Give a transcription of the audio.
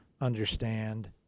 understand